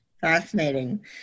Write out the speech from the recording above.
Fascinating